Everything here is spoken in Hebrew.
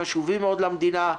חשובים מאוד למדינה.